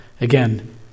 again